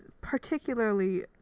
particularly